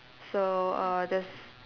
so uh there's